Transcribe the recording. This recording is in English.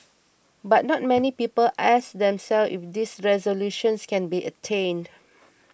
but not many people ask themselves if these resolutions can be attained